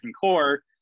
core